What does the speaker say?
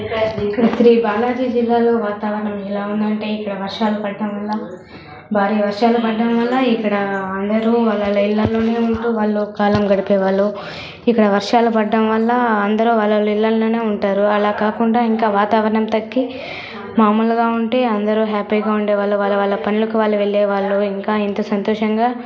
శ్రీబాలాజీ జిల్లాలో వాతావరణం ఎలా ఉందంటే ఇక్కడ వర్షాలు పడ్డం వల్ల భారీ వర్షాలు పడ్డం వల్ల ఇక్కడ అందరూ వాళ్ళ ఇళ్లల్లోనే ఉంటూ వాళ్ళు కాలం గడిపే వాళ్ళు ఇలా వర్షాలు పడ్డం వల్ల అందరూ వాళ్ళొళ్ళ ఇళ్లల్లోనే ఉంటారు అలా కాకుండా ఇంకా వాతావరణం తగ్గి మాములుగా ఉంటే అందరూ హ్యాప్పీగా ఉండేవాళ్ళు వాళ్ళ వాళ్ళ పనులకు వెళ్ళేవాళ్ళు ఇంకా ఎంతో సంతోషంగా